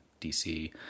DC